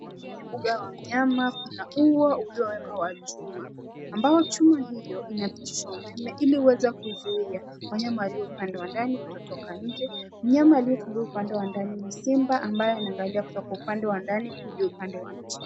Hii ni mbuga ya wanyama. Kuna ua uliowekwa wa chuma ambayo chuma hiyo inapitisha umeme ili uweze kuzuia wanyama walio upande wa ndani kutotoka nje. Mnyama aliye tulia upande wa ndani ni simba ambaye anaangalia kutoka upande wa ndani kuja upande wa nje.